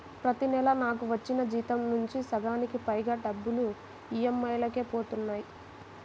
ప్రతి నెలా నాకు వచ్చిన జీతం నుంచి సగానికి పైగా డబ్బులు ఈఎంఐలకే పోతన్నాయి